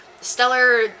stellar